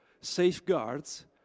safeguards